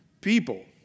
people